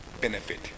benefit